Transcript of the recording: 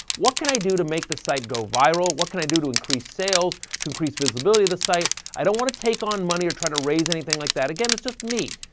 what can i do to make the site go viral, what can i do to increase sales, to increase visibility of the site? i don't wanna take on money or try to raise anything like that, again, it's just me.